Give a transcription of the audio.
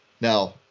now